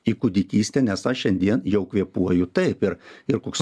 į kūdikystę nes aš šiandien jau kvėpuoju taip ir ir koks